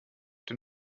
den